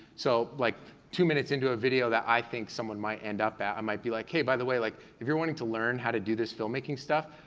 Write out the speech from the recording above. so like two minutes into a video that i think someone might end up at, i might be like, hey, by the way, like if you're wanting to learn how to do this filmmaking stuff,